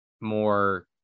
more